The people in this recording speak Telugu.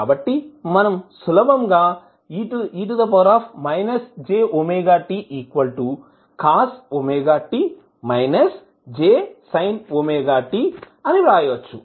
కాబట్టి మనం సులభంగా అని వ్రాయచ్చు